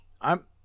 I'm-